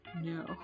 No